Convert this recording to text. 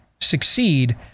succeed